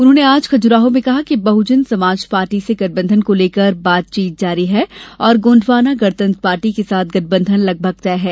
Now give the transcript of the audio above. उन्होंने आज खजुराहों में कहा कि बहुजन समाज पार्टी से गठबंधन को लेकर बातचीत जारी है और गोंडवाना गणतंत्र पार्टी के साथ गठबंधन लगभग तय है